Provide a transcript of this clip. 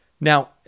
Now